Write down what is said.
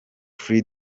free